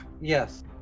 Yes